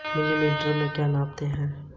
Gold bond क्या होता है?